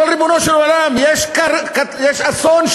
אבל, ריבונו של עולם, קרה אסון.